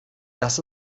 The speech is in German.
das